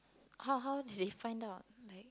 how how did they find out like